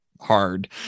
hard